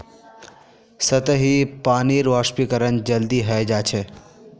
सतही पानीर वाष्पीकरण जल्दी हय जा छे